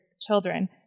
children